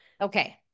Okay